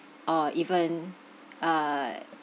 or even uh